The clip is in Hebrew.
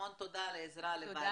המון תודה על העזרה לוועדה וכמובן למרכז.